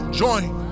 join